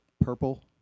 purple